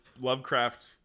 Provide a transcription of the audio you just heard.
lovecraft